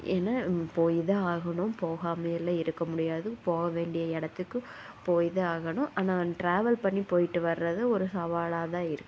ஏன்னா இப்போது இதாகணும் போகாமயலாம் இருக்க முடியாது போக வேண்டிய இடத்துக்கு போய் தான் ஆகணும் ஆனால் ட்ராவல் பண்ணி போய்ட்டு வர்றது ஒரு சவாலாக தான் இருக்கு